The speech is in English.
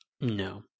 No